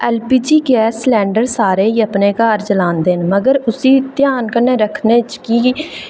LPG gas cylinder सारे ई अपने घर चलांदे न मगर उसी ध्यान च रक्खने गी